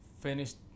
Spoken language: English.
Finished